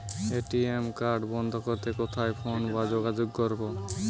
ATM card বন্ধ করতে কোথায় ফোন বা যোগাযোগ করব?